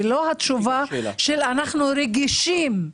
ולא את התשובה: אנחנו רגישים.